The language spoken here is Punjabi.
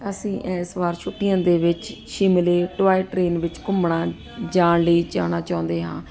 ਅਸੀਂ ਇਸ ਵਾਰ ਛੁੱਟੀਆਂ ਦੇ ਵਿੱਚ ਸ਼ਿਮਲੇ ਟੋਆਏ ਟ੍ਰੇਨ ਵਿੱਚ ਘੁੰਮਣਾ ਜਾਣ ਲਈ ਜਾਣਾ ਚਾਹੁੰਦੇ ਹਾਂ